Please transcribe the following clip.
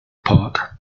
port